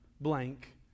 blank